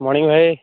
morning ଭାଇ